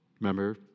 Remember